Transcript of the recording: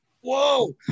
whoa